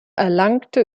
erlangte